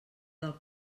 del